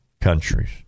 countries